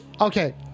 okay